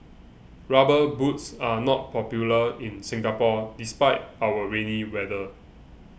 rubber boots are not popular in Singapore despite our rainy weather